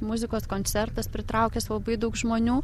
muzikos koncertas pritraukęs labai daug žmonių